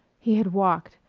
he had walked,